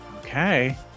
Okay